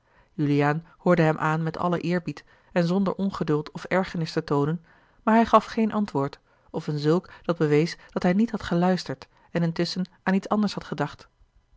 juliaan hoorde hem aan met allen eerbied en zonder ongeduld of ergernis te toonen maar hij gaf geen antwoord of een zulk dat bewees dat hij niet had geluisterd en intusschen aan iets anders had gedacht